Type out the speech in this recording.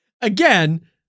Again